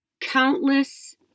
countless